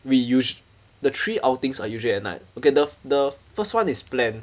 we usu~ the three outings are usually at night okay the the first one is planned